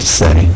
say